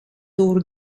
door